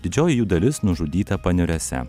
didžioji jų dalis nužudyta paneriuose